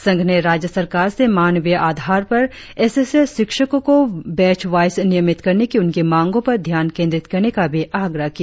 संघ ने राज्य सरकार से मानवीय आधार पर एस एस ए शिक्षकों को बैच वाइस नियमित करने की उनकी मांगों पर ध्यान केंद्रित करने का भी आग्रह किया